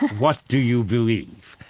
what do you believe?